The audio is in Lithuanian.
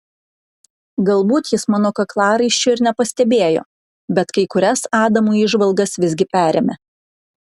galbūt jis mano kaklaraiščio ir nepastebėjo bet kai kurias adamo įžvalgas visgi perėmė